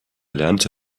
lernte